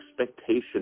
expectation